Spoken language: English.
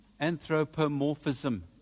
anthropomorphism